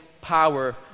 power